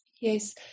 Yes